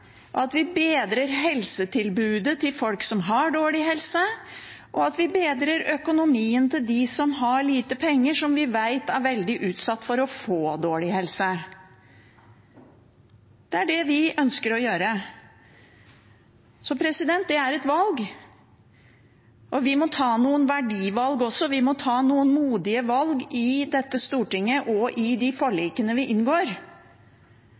at vi bedrer helsetilbudet til folk som har dårlig helse, og at vi bedrer økonomien til dem som har lite penger, og som vi vet er veldig utsatt for å få dårlig helse. Det er det vi ønsker å gjøre. Det er et valg, og vi må ta noen verdivalg også. Vi må ta noen modige valg i dette stortinget og i de forlikene vi inngår.